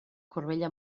corbella